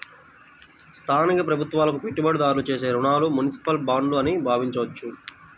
స్థానిక ప్రభుత్వాలకు పెట్టుబడిదారులు చేసే రుణాలుగా మునిసిపల్ బాండ్లు అని భావించవచ్చు